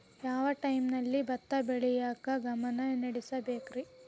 ಯಾವ್ ಟೈಮಲ್ಲಿ ಭತ್ತ ಬೆಳಿಯಾಕ ಗಮನ ನೇಡಬೇಕ್ರೇ?